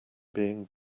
being